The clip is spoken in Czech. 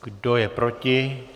Kdo je proti?